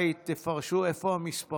אני מאוד רגוע.